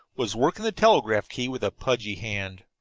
was working the telegraph key with a pudgy hand.